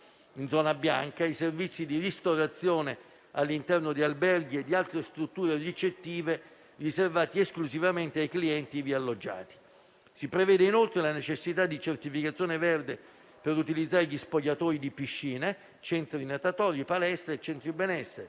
in zona bianca i servizi di ristorazione all'interno di alberghi e di altre strutture ricettive riservati esclusivamente ai clienti ivi alloggiati. Si prevede, inoltre, la necessità di certificazione verde per utilizzare gli spogliatoi di piscine, centri natatori, palestre e centri benessere